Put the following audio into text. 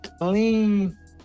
clean